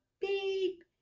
beep